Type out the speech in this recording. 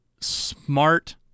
smart